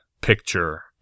picture